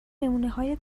نمونههای